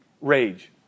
rage